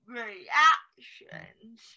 reactions